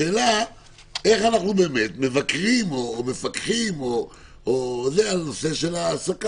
השאלה איך אנחנו מבקרים או מפקחים על הנושא הזה.